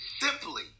simply